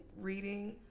reading